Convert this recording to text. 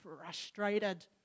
frustrated